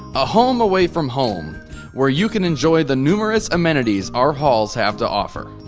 a home away from home where you can enjoy the numerous amenities our halls have to offer.